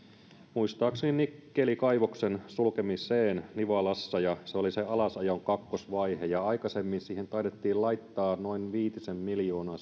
muistaakseni nikkelikaivoksen sulkemiseen nivalassa ja se oli alasajon kakkosvaihe ja aikaisemmin siihen alasajon ykkösvaiheeseen taidettiin laittaa noin viitisen miljoonaa